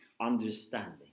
understanding